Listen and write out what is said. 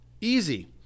easy